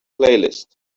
playlist